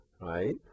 right